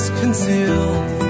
concealed